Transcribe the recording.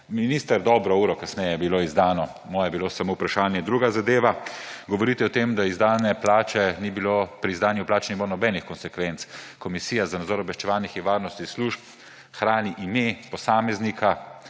Minister, dobro uro kasneje je bilo izdano, moje bilo samo vprašanje. Druga zadeva. Govorite o tem, da pri izdajanju plač ni bilo nobenih konsekvenc. Komisija za nadzor obveščevalnih in varnostnih služb hrani ime posameznika,